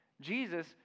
Jesus